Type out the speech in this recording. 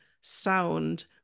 sound